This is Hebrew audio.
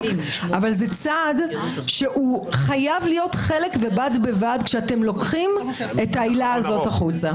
אבל זה צעד שחייב להיות חלק ובד בבד כשאתם לוקחים את העילה הזאת החוצה.